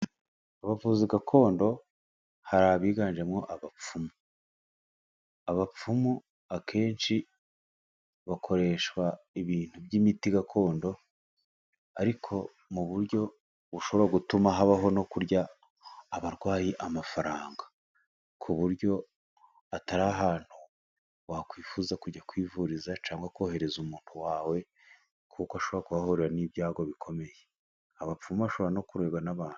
Abavuzi gakondo hari abiganjemo abapfumu. Abapfumu, akenshi bakoresha ibintu by'imiti gakondo. Ariko mu buryo bushobora gutuma habaho no kurya abarwayi amafaranga, ku buryo atari ahantu wakwifuza kujya kwivuriza cyangwa kohereza umuntu wawe, kuko ashobora kuhahurira n'ibyago bikomeye. Abapfumu bashobora no kurebwa n'abantu.